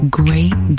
great